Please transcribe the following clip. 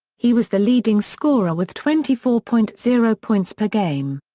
he was the leading scorer with twenty four point zero points per game.